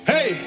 Hey